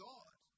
God